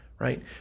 right